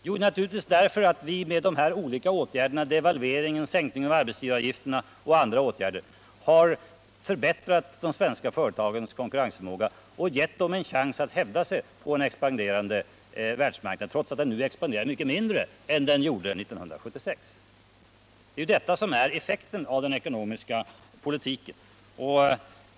Jo, naturligtvis därför att vi med de olika åtgärderna — devalvering, sänkning av arbetsgivaravgifterna och andra åtgärder — har förbättrat de svenska företagens konkurrensförmåga och gett företagen en chans att hävda sig på en expanderande världsmarknad, trots att världshandeln nu växer mycket mindre än den gjorde 1976. Det är ju detta som är effekten av den ekonomiska politiken.